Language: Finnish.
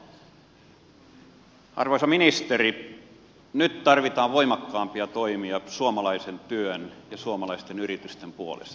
arvoisa ministeri nyt tarvitaan voimakkaampia toimia suomalaisen työn ja suomalaisten yritysten puolesta